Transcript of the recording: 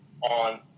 on